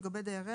לגבי דייריה,